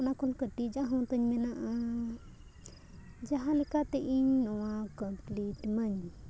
ᱚᱱᱟ ᱠᱷᱚᱱ ᱠᱟᱹᱴᱤᱡᱟᱜ ᱦᱚᱸ ᱛᱤᱧ ᱢᱮᱱᱟᱜᱼᱟ ᱡᱟᱦᱟᱸ ᱞᱮᱠᱟᱛᱮ ᱤᱧ ᱱᱚᱣᱟ ᱠᱳᱢᱯᱞᱤᱴ ᱢᱟᱹᱧ